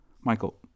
Michael